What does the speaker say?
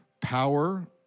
power